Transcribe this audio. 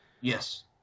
Yes